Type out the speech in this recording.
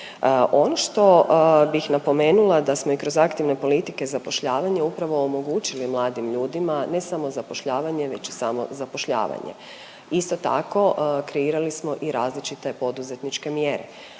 Ono što bih napomenula da smo i kroz aktivne politike zapošljavanja upravo omogućili mladim ljudima, ne samo zapošljavanje već i samozapošljavanje. Isto tako kreirali smo i različite poduzetničke mjere,